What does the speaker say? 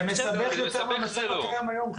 זה מסבך יותר מן המצב הקיים היום.